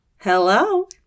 hello